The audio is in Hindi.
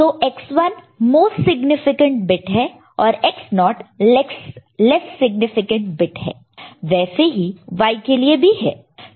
तो X1 मोस्ट सिग्निफिकेंट बिट और X0 लेस सिग्निफिकेंट बिट है वैसे ही Y के लिए भी है